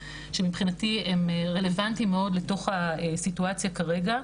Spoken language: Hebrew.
שמבחינתי הם רלוונטיים מאוד לתוך הסיטואציה כרגע,